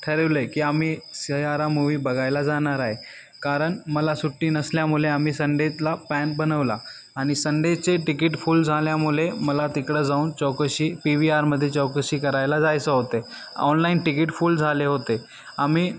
ठरवले की आम्ही सैयारा मूव्ही बघायला जाणार आहे कारण मला सुट्टी नसल्यामुळे आम्ही संडेतला पॅन बनवला आणि संडेचे तिकीट फुल झाल्यामुळे मला तिकडं जाऊन चौकशी पी व्ही आरमध्ये चौकशी करायला जायचं होते ऑनलाईन तिकीट फुल झाले होते आम्ही